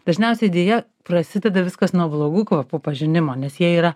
dažniausiai deja prasideda viskas nuo blogų kvapų pažinimo nes jie yra